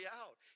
out